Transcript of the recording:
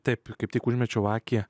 taip kaip tik užmečiau akį